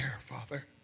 father